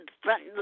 front